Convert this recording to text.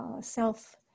self